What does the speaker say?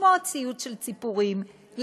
לשמוע ציוץ של ציפורים,